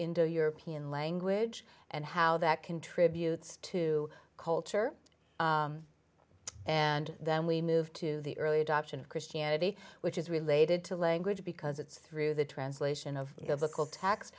indo european language and how that contributes to culture and then we move to the early adoption of christianity which is related to language because it's through the translation of the local tax